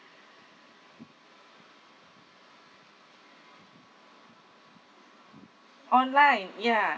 online ya